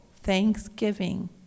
thanksgiving